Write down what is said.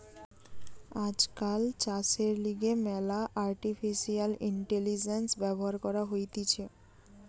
আজকাল চাষের লিগে ম্যালা আর্টিফিশিয়াল ইন্টেলিজেন্স ব্যবহার করা হতিছে